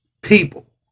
people